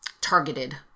targeted